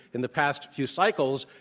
in the past few cycles,